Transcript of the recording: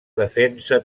defensa